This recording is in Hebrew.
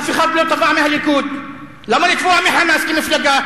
אף אחד לא תבע מהליכוד, למה לתבוע מ"חמאס" כמפלגה?